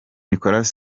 nicolas